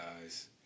guys